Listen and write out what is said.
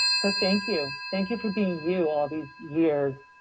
so thank you. thank you for being you all these years.